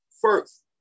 First